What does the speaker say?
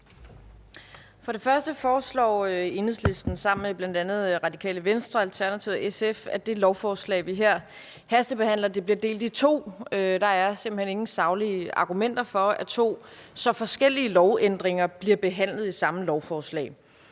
For det første foreslår Enhedslisten sammen med bl.a. Radikale Venstre, Alternativet og SF, at det lovforslag, vi her hastebehandler, bliver delt i to. Der er simpelt hen ingen saglige argumenter for, at to så forskellige lovændringer bliver behandlet i samme lovforslag.